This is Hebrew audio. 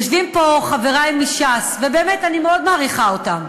יושבים פה חברי מש"ס, ובאמת אני מאוד מעריכה אותם.